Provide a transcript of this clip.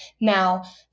Now